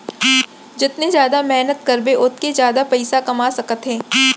जतने जादा मेहनत करबे ओतके जादा पइसा कमा सकत हे